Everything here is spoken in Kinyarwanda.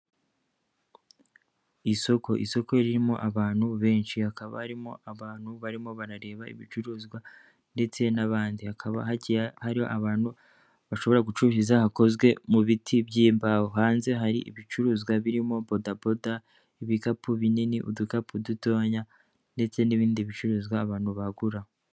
Isoko isoko ririmo abantu benshi hakaba harimo abantu barimo barareba ibicuruzwa ndetse n'abandi, hakaba hari abantu bashobora gucururiza hakozwe mu biti by'imbaho hanze hari ibicuruzwa birimo bodaboda, ibikapu binini, udukapu dutoya ndetse n'ibindi bicuruzwa abantu bagura.